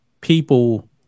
people